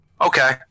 Okay